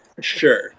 Sure